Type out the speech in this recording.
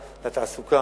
לתעסוקה,